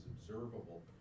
observable